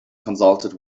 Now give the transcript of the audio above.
consulted